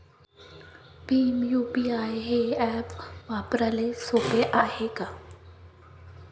Bhim UPI हे app वापराले सोपे हाय का?